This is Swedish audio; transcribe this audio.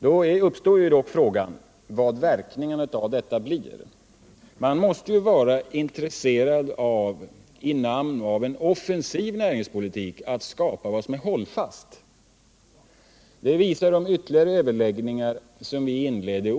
Då uppstår frågan vilka verkningar det blir. Man måste ju med hänsyn till en offensiv näringspolitik vara intresserad av att skapa någonting som är hållfast.